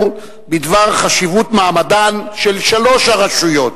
בדבר חשיבות מעמדן של שלוש הרשויות